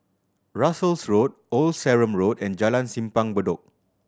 Russels Road Old Sarum Road and Jalan Simpang Bedok